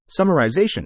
summarization